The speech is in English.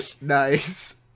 Nice